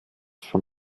von